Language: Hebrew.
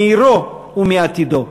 מעירו ומעתידו.